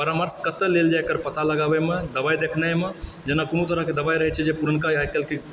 परामर्श कतहुँ लेल जाय एकर पता लगाबयमऽ दबाइ देखनेमऽ जेना कोनो तरहके दवाई रहैत छै जे पुरनका आइ काल्हिकऽ